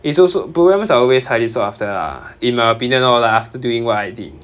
it's also programmers are always highly sought after lah in my opinion lor like after doing what I did